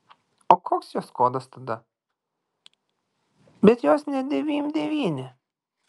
o koks jos kodas tada bet jos ne devym devyni